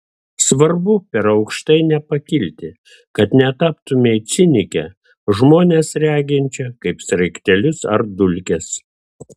svarbu per aukštai nepakilti kad netaptumei cinike žmones reginčia kaip sraigtelius ar dulkes